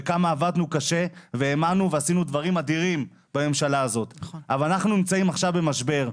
עבדנו קשה ועשינו דברים אדירים אבל אנחנו נמצאים עכשיו במשבר.